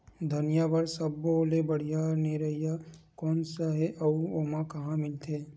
धनिया बर सब्बो ले बढ़िया निरैया कोन सा हे आऊ ओहा कहां मिलथे?